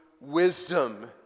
wisdom